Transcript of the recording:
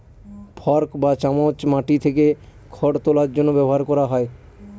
fork বা চামচ মাটি থেকে খড় তোলার জন্য ব্যবহার করা হয়